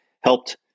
helped